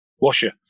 washer